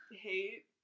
hate